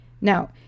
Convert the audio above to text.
Now